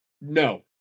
No